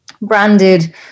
branded